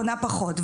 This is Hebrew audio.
קונה פחות.